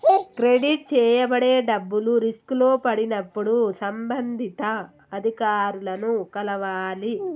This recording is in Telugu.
క్రెడిట్ చేయబడే డబ్బులు రిస్కులో పడినప్పుడు సంబంధిత అధికారులను కలవాలి